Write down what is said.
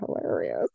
hilarious